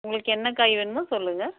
உங்களுக்கு என்ன காய் வேணுமோ சொல்லுங்கள்